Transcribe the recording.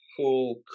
cool